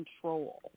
control